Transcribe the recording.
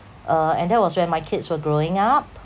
uh and that was when my kids were growing up